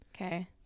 Okay